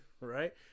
Right